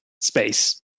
space